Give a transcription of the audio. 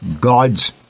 God's